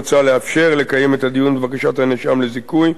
מוצע לאפשר לקיים את הדיון בבקשת הנאשם לזיכוי,